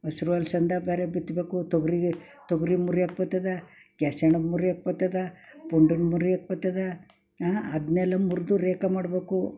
ಹಸ್ರು ಬೇರೆ ಬಿತ್ತಬೇಕು ತೊಗರಿಗೆ ತೊಗರಿ ಮುರಿಯೋಕೆ ಬತ್ತದ ಕ್ಯಾಸಣ ಮುರಿಯೋಕೆ ಬತ್ತದ ಪುಂಡುನ್ ಮುರಿಯೋಕೆ ಬತ್ತದ ಅದನ್ನೆಲ್ಲ ಮುರಿದು ರೇಖ ಮಾಡಬೇಕು